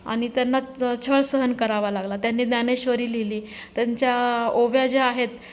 आणि त्यांना छळ सहन करावा लागला त्यांनी ज्ञानेश्वरी लिहिली त्यांच्या ओव्या ज्या आहेत